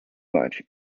much